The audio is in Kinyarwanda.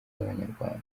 z’abanyarwanda